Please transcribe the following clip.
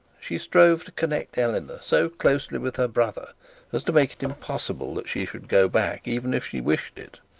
she strove to connect eleanor so closely with her brother as to make it impossible that she should go back even if she wished it.